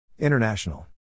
International